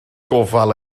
gofal